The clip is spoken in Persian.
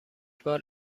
بار